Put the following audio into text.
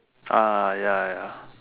ah ya ya